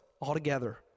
altogether